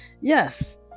Yes